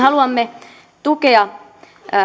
haluamme tukea